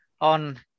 on